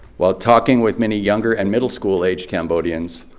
while talking with many younger and middle school-aged cambodians,